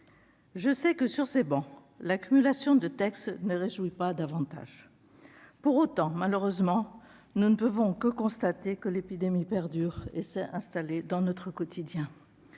le sais, sur ces travées, l'accumulation de textes ne réjouit pas davantage. Pour autant, nous ne pouvons que constater que l'épidémie perdure et s'est installée dans notre quotidien.